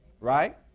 right